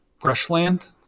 brushland